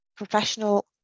Professional